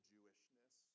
Jewishness